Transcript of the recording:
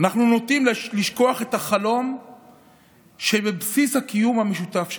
אנחנו נוטים לשכוח את החלום שבבסיס הקיום המשותף שלנו.